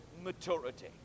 maturity